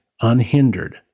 unhindered